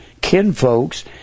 kinfolks